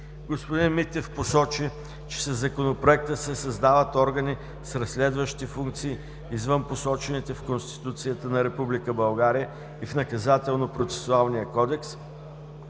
Господин Митев посочи, че със Законопроекта се създават органи с разследващи функции, извън посочените в Конституцията на Република България и в Наказателно-процесуалния кодекс,